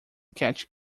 catch